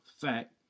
fact